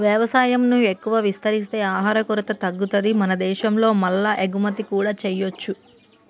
వ్యవసాయం ను ఎక్కువ విస్తరిస్తే ఆహార కొరత తగ్గుతది మన దేశం లో మల్ల ఎగుమతి కూడా చేయొచ్చు